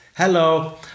hello